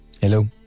hello